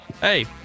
Hey